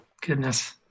Goodness